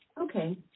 Okay